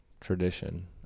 tradition